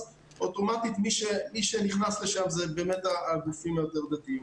אוטומטית מי שנכנס לשם זה באמת הגופים היותר דתיים.